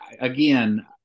Again